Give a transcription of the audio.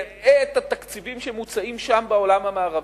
ראה את התקציבים שמוצעים שם, בעולם המערבי,